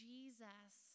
Jesus